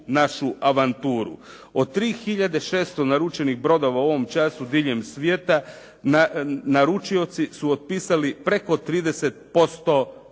našu avanturu. Od 3600 naručenih brodova u ovom času diljem svijeta naručioci su otpisali preko 30%